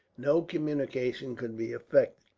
no communication could be effected.